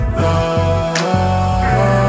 love